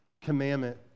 commandment